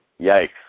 Yikes